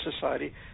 society